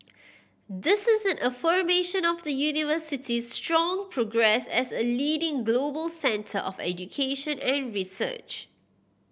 this is affirmation of the University's strong progress as a leading global centre of education and research